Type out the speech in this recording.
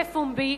בפומבי,